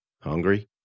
Hungry